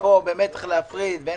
ופה באמת צריך להפריד ולא